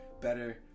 better